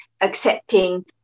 accepting